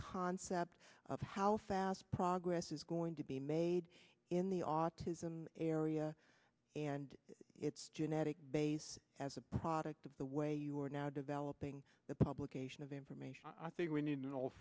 concept of how fast progress is going to be made in the autism area and its genetic base as a product of the way you are now developing the publication of information i think we need